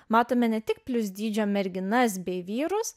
matome ne tik plius dydžio merginas bei vyrus